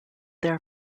their